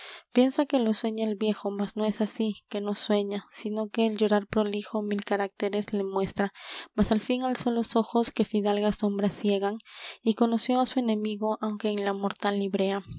piensa que lo sueña el viejo mas no es así que no sueña sino que el llorar prolijo mil caracteres le muestra mas al fin alzó los ojos que fidalgas sombras ciegan y conoció á su enemigo aunque en la mortal librea